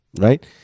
right